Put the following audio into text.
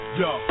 yo